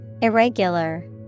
Irregular